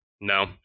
No